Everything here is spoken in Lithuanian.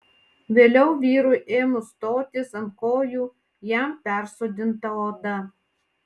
vėliau vyrui ėmus stotis ant kojų jam persodinta oda